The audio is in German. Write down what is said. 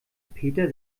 peter